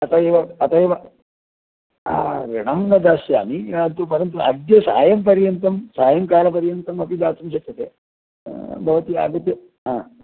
अत एव अत एव हा ऋणं न दास्यामि तु परन्तु अद्य सायं पर्यन्तं सायङ्कालपर्यन्तमपि दातुं शक्यते भवति आगत्य हा